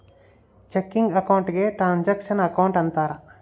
checking account ಗೆ transaction account ಅಂತಾರ